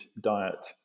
diet